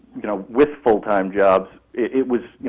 you know, with full-time jobs. it was, you